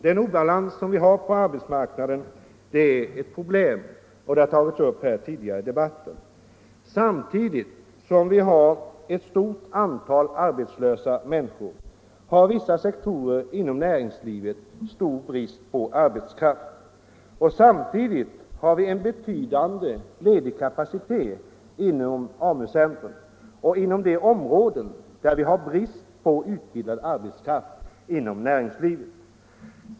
Den obalans som vi har på arbetsmarknaden är ett problem, och det har tagits upp här tidigare i debatten. Samtidigt som det finns ett stort antal arbetslösa människor har vissa sektorer inom näringslivet stor brist på arbetskraft. Och samtidigt har vi en betydande ledig kapacitet inom AMU centra på de områden där det råder brist på utbildad arbetskraft inom näringslivet.